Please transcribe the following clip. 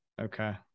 okay